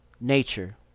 Nature